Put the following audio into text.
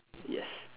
yes